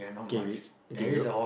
okay it's okay yup